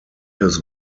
his